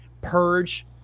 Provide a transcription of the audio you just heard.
purge